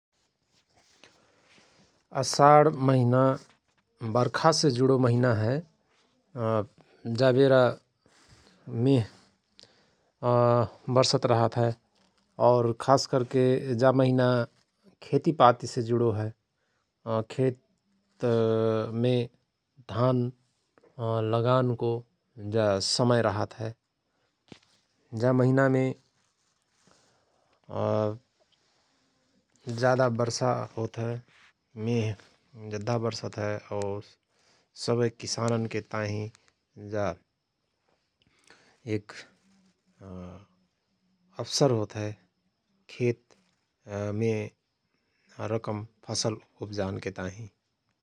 असाढ महिना बर्खासे जुणो महिना हय जा बेरा मेह बर्षत रहत हय और खास करके जा महिना खेती पातिसे जुणो हय खेत मे धान लगानको जा समय रहत हय जा महिनामे जाधा बर्षा होतहय मेह जद्धा बर्षत हय और सवय किसानन्के ताहिँ जा एक अवसर होत हय खेत मे रकम फसल उवजानके ताहिं ।